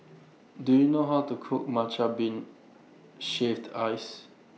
Do YOU know How to Cook Matcha Bean Shaved Ice